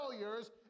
failures